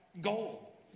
goal